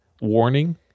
warning